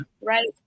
right